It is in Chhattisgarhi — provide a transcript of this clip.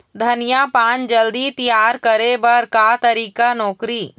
धनिया पान जल्दी तियार करे बर का तरीका नोकरी?